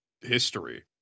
history